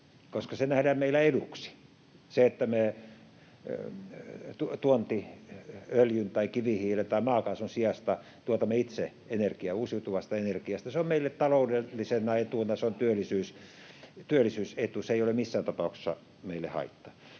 koska se nähdään meillä eduksi. Se, että me tuontiöljyn tai ‑kivihiilen tai ‑maakaasun sijasta tuotamme itse energiaa uusiutuvasta energiasta, on meille taloudellinen etu, se on työllisyysetuus. Se ei ole missään tapauksessa meille haitta.